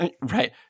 Right